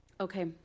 Okay